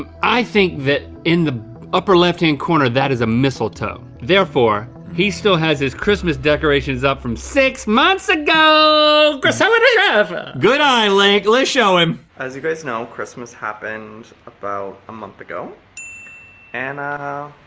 um i think that in the upper left hand corner, that is a mistletoe, therefore he still has his christmas decorations up from six months ago! graceffa da cheffa! good eye, link, let's show him. as you guys know, christmas happened about a month ago and ah